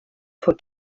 for